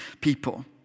people